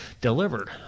delivered